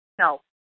no